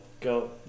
go-